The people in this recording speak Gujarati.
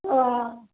ઓહ